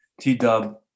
T-dub